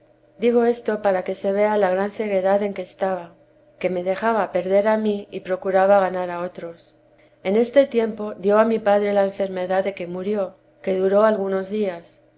digo esto para que se vea la gran ceguedad en que estaba que me dejaba perder a mí y procuraba ganar a otros en este tiempo dio a mi padre la enfermedad de que murió que duró algunos días